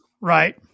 Right